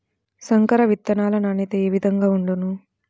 సంకర విత్తనాల నాణ్యత ఏ విధముగా ఉండును?